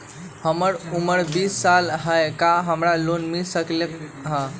हमर उमर बीस साल हाय का हमरा लोन मिल सकली ह?